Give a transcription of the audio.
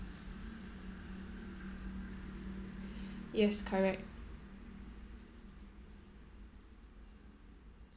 yes correct